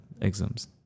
exams